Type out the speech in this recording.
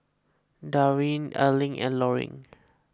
Darwyn Erling and Loring